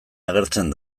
agertzen